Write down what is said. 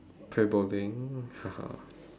play bowling